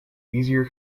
easier